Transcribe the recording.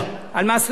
על מס רכישה.